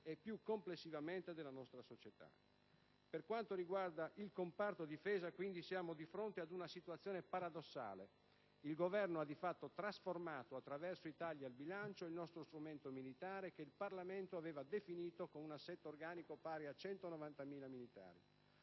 e, più complessivamente, della nostra società. Per quanto riguarda il comparto Difesa, siamo quindi di fronte ad una situazione paradossale. Il Governo ha di fatto trasformato, attraverso i tagli di bilancio, il nostro strumento militare, che il Parlamento aveva definito con un assetto organico pari a 190.000 militari.